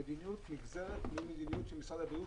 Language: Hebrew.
המדיניות נגזרת ממדיניות של משרד הבריאות,